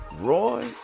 Roy